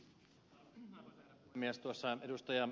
tuossa ed